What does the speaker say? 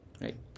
right